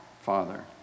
Father